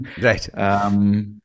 Right